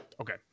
Okay